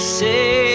say